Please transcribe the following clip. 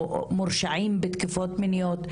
שמורשעים בתקיפות מיניות,